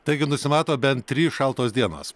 taigi nusimato bent trys šaltos dienos